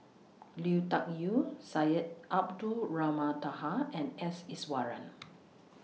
Lui Tuck Yew Syed Abdulrahman Taha and S Iswaran